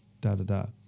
da-da-da